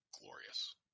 glorious